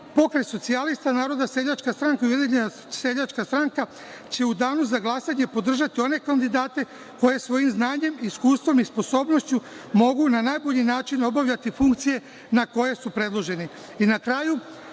Pokret socijalista, Narodna seljačka stranka, Ujedinjena seljačka stranka, će u danu za glasanje podržati one kandidate koje svojim znanjem i iskustvom i sposobnošću mogu na najbolji način obavljati funkcije na koje su predložene.I